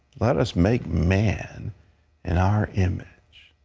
let us make man in our image.